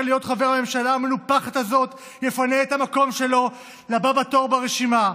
להיות חבר ממשלה המנופחת הזאת יפנה את המקום שלו לבא בתור ברשימה.